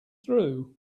through